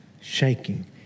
shaking